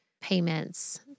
payments